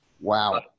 Wow